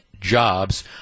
jobs